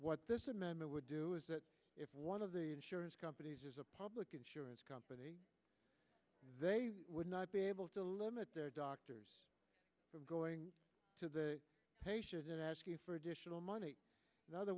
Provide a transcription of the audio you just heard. what this amendment would do is that if one of the insurance companies is a public insurance company they would not be able to limit their doctors from going to the patients and asking for additional money in other